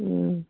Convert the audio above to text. ꯎꯝ